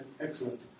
excellent